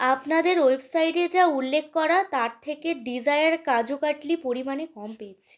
আপনাদের ওয়েবসাইটে যা উল্লেখ করা তার থেকে ডিজায়ার কাজুু কাটলি পরিমাণে কম পেয়েছি